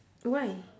why